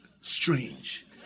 strange